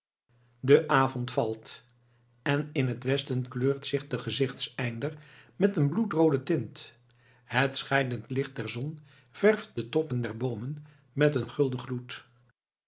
de avond valt en in het westen kleurt zich de gezichteinder met een bloedroode tint het scheidend licht der zon verft de toppen der boomen met een gulden gloed